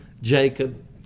Jacob